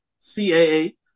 CAA